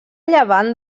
llevant